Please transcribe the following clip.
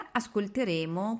ascolteremo